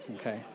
okay